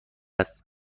است